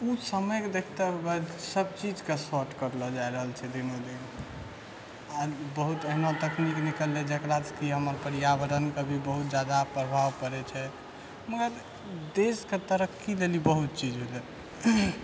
तऽ उ समयके देखते बाद सभचीजके शॉर्ट करलो जा रहल छै दिनोदिन आओर बहुत एहनो तकनीक निकललै हँ जकरासँ कि हमर पर्यावरणके भी बहुत जादा प्रभाव पड़ै छै मगर देशके तरक्की लेल ई बहुत चीज भेलै